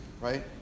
right